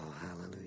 hallelujah